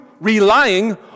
relying